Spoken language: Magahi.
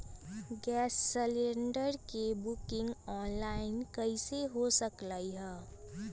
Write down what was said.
गैस सिलेंडर के बुकिंग ऑनलाइन कईसे हो सकलई ह?